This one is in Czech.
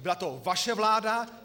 Byla to vaše vláda.